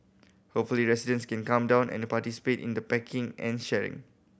hopefully residents can come down and participate in the packing and sharing